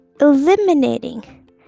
eliminating